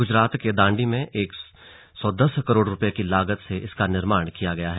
गुजरात के दांडी में एक सौ दस करोड़ रुपये की लागत से इसका निर्माण किया गया है